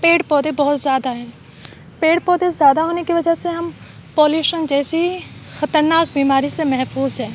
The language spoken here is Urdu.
پیڑ پودے بہت زیادہ ہیں پیڑ پودے زیادہ ہونے کی وجہ سے ہم پولیوشن جیسی خطرناک بیماری سے محفوظ ہیں